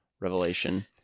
revelation